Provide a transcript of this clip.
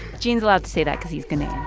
gene's allowed to say that cause he's ghanaian